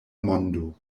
mondo